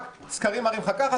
רק: סקרים מראים לך ככה,